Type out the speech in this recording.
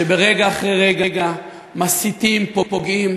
שרגע אחרי רגע מסיתים, פוגעים.